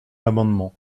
amendement